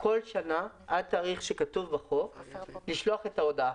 בכל שנה עד תאריך שכתוב בחוק לשלוח את ההודעה.